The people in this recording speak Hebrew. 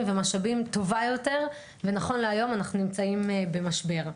ומשאבים ונכון להיום אנחנו נמצאים במשבר.